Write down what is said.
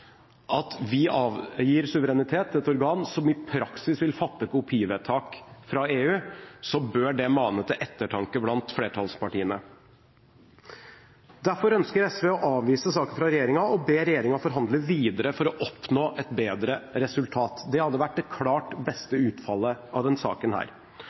at vi avgir suverenitet til et organ som i praksis vil fatte kopivedtak fra EU. Det bør mane til ettertanke blant flertallspartiene. Derfor ønsker SV å avvise saken fra regjeringen og ber regjeringen forhandle videre for å oppnå et bedre resultat. Det hadde vært det klart beste utfallet av denne saken.